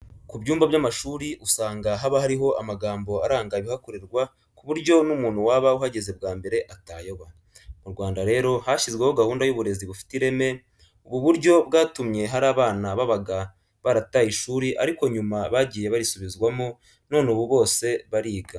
Ku byumba by'amashuri usanga haba hariho amagambo aranga ibihakorerwa ku buryo n'umuntu waba uhageze bwa mbere atayoba. Mu Rwanda rero hashyizweho gahunda y'uburezi bufite ireme, ubu buryo bwatumye hari abana babaga barataye ishuri ariko nyuma bagiye barisubizwamo none ubu bose bariga.